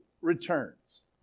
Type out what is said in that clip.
returns